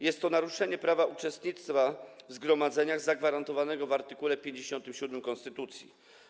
Jest to naruszenie prawa uczestniczenia w zgromadzeniach zagwarantowanego w art. 57 konstytucji.